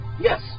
Yes